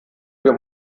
für